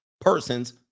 person's